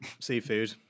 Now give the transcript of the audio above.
seafood